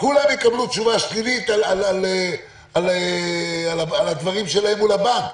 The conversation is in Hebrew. כולם יקבלו תשובה שלילית על הדברים שלהם מול הבנק.